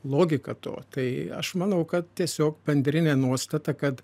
logika to tai aš manau kad tiesiog bendrinė nuostata kad